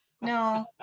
No